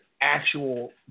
actual